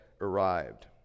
arrived